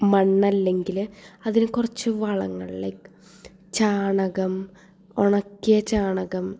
മണ്ണല്ലങ്കിൽ അതിന് കുറച്ച് വളങ്ങൾ ലൈക്ക് ചാണകം ഉണക്കിയ ചാണകം